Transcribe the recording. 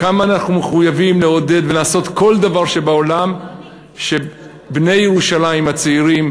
כמה אנחנו מחויבים לעודד ולעשות כל דבר שבעולם שבני ירושלים הצעירים,